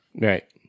Right